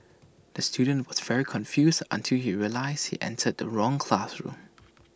the student was very confused until he realised he entered the wrong classroom